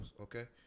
okay